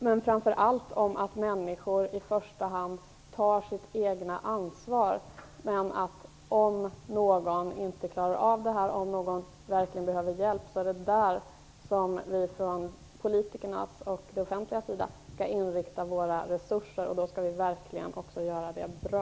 Men framför allt handlar det om att människor i första hand skall ta sitt eget ansvar, men om någon inte klarar av det och verkligen behöver hjälp är det där som vi från politikernas och det offentligas sida skall inrikta våra resurser. Då skall vi verkligen också göra det bra.